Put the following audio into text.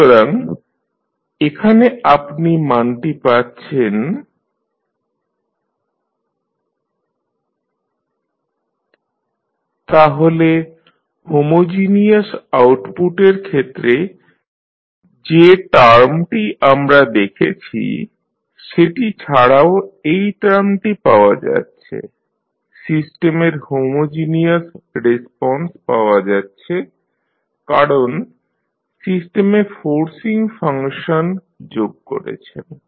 সুতরাং এখানে আপনি মানটি পাচ্ছেন xtL 1sI A 1x0L 1sI A 1BUs φtx00tt τBudτt≥0 তাহলে হোমোজিনিয়াস আউটপুটের ক্ষেত্রে যে টার্মটি আমরা দেখেছি সেটি ছাড়াও এই টার্মটি পাওয়া যাচ্ছে সিস্টেমের হোমোজিনিয়াস রেসপন্স পাওয়া যাচ্ছে কারণ সিস্টেমে ফোর্সিং ফাংশন যোগ করেছেন